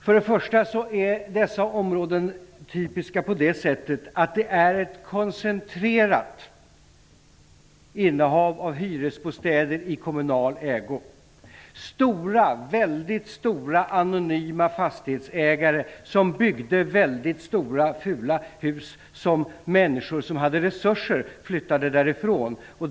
Först och främst är dessa områden typiska så till vida att det är fråga om ett koncentrerat innehav av hyresbostäder i kommunal ägo. Väldigt stora anonyma fastighetsägare byggde väldigt stora och fula hus som människor med resurser flyttade från.